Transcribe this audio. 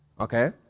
Okay